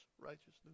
righteousness